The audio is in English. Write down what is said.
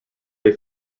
they